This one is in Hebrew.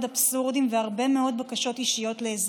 אבסורדים והרבה מאוד בקשות אישיות לעזרה: